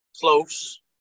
Close